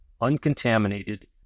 uncontaminated